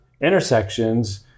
intersections